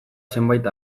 zenbait